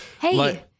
hey